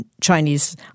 Chinese